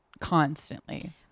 constantly